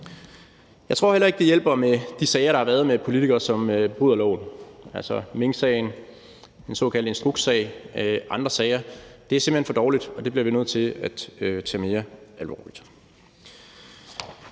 Jeg tror heller ikke, det hjælper med de sager, der har været med politikere, som bryder loven – altså minksagen, den såkaldte instrukssag og andre sager. Det er simpelt hen for dårligt, og det bliver nødt til at tage mere alvorligt.